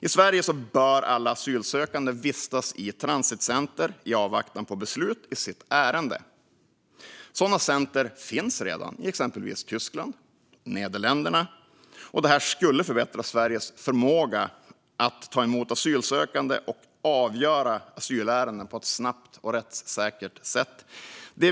I Sverige bör alla asylsökande vistas i transitcenter i avvaktan på beslut i sitt ärende. Sådana center finns redan i exempelvis Tyskland och Nederländerna, och att ha sådana även här skulle förbättra Sveriges förmåga att ta emot asylsökande och avgöra asylärenden på ett snabbt och rättssäkert sätt.